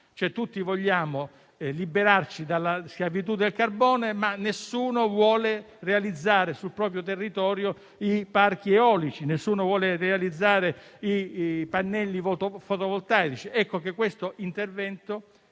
Tutti vogliamo liberarci dalla schiavitù del carbone, ma nessuno vuole realizzare sul proprio territorio i parchi eolici o i pannelli fotovoltaici. Pertanto, questo intervento